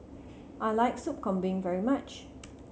I like Sop Kambing very much